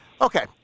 Okay